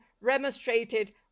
remonstrated